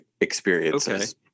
experiences